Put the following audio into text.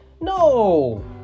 No